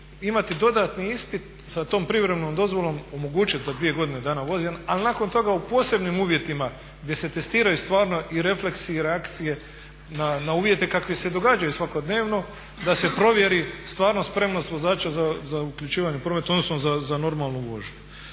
imati dodatni ispit sa tom privremenom dozvolom omogućiti da dvije, godine dana vozi a nakon toga u posebnim uvjetima gdje se testiraju stvarno i refleksi i reakcije na uvjete kakvi se događaju svakodnevno da se provjeri stvarno spremnost vozača za uključivanje u promet odnosno za normalnu vožnju.